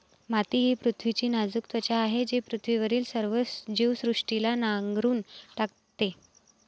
माती ही पृथ्वीची नाजूक त्वचा आहे जी पृथ्वीवरील सर्व जीवसृष्टीला नांगरून टाकते